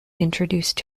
introduced